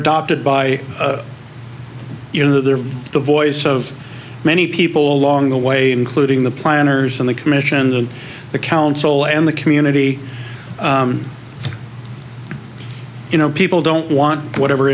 adopted by you know they're the voice of many people along the way including the planners and the commission and the council and the community you know people don't want whatever